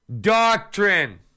doctrine